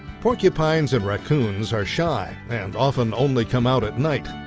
porcupines and raccoons are shy and often only come out at night.